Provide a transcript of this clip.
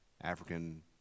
African